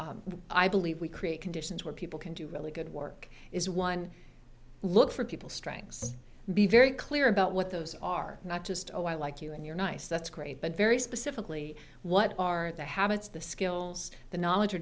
which i believe we create conditions where people can do really good work is one look for people strengths be very clear about what those are not just oh i like you and you're nice that's great but very specifically what are the habits the skills the knowledge